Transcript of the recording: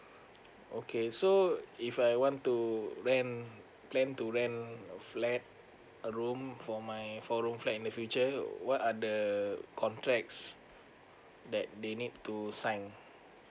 okay so if I want to rent plan to rent um flat a room for my four room flat in the future you uh what are the contracts that they need to sign